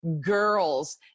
girls